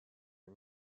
این